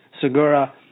Segura